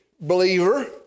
believer